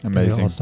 Amazing